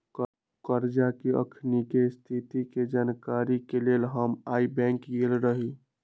करजा के अखनीके स्थिति के जानकारी के लेल हम आइ बैंक गेल रहि